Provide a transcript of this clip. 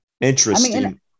interesting